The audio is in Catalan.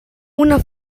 una